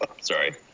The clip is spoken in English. Sorry